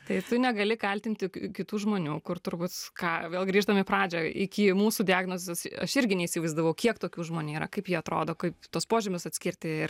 tai tu negali kaltinti kitų žmonių kur turbūt ką vėl grįžtam į pradžią iki mūsų diagnozės aš irgi neįsivaizdavau kiek tokių žmonių yra kaip jie atrodo kaip tuos požymius atskirti ir